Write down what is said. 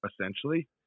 essentially